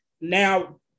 Now